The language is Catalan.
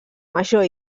major